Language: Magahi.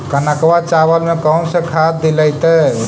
कनकवा चावल में कौन से खाद दिलाइतै?